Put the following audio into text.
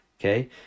Okay